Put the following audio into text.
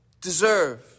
deserve